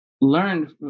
learned